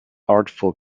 artful